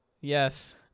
yes